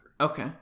Okay